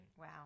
Wow